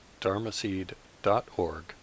dharmaseed.org